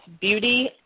beauty